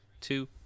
two